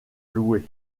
louer